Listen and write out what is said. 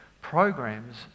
programs